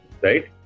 right